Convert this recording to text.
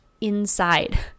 inside